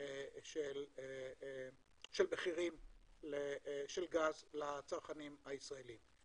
של מחירים של גז לצרכנים הישראליים.